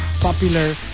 popular